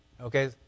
Okay